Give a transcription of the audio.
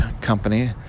Company